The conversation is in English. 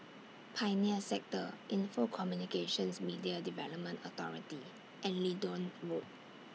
Pioneer Sector Info Communications Media Development Authority and Leedon Road